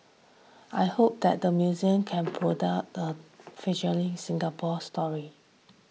I hope that the museum can product the Singapore story